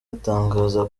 atangaza